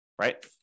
right